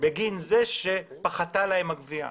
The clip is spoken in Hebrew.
בגין זה שפחתו ההכנסות מגבייה.